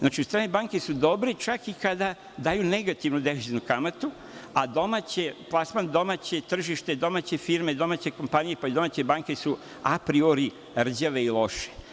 Znači, strane banke su dobre čak i kada daju negativnu deviznu kamatu, a plasman domaće tržište, domaće firme, domaće kompanije, pa i domaće banke su, apriori, rđeve i loše.